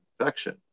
infection